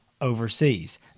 overseas